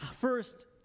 first